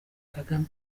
kagame